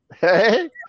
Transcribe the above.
Hey